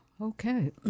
okay